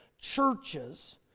churches